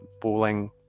bowling